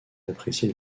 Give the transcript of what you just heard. apprécié